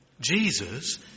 Jesus